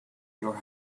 your